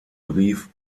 brief